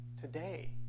today